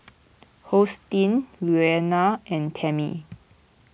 Hosteen Leona and Tammie